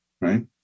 right